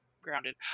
grounded